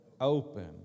open